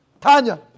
Tanya